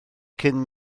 cyn